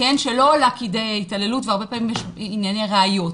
שלא עולה כדי התעללות והרבה פעמים יש ענייני ראיות,